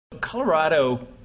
Colorado